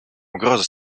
угрозы